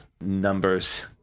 Numbers